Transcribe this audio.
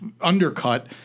undercut